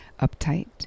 uptight